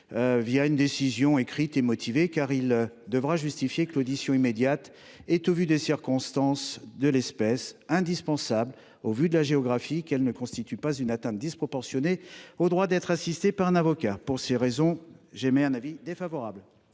une décision écrite et motivée : il devra justifier que l’audition immédiate est, au vu des circonstances de l’espèce, indispensable compte tenu de la géographie et qu’elle ne constitue pas une atteinte disproportionnée au droit d’être assisté par un avocat. Pour ces raisons, la commission spéciale est défavorable